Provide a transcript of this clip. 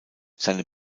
seine